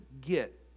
get